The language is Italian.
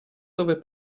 dove